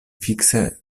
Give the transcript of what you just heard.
fikse